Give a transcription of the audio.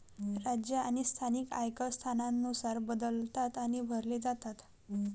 राज्य आणि स्थानिक आयकर स्थानानुसार बदलतात आणि भरले जातात